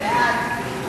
בעד.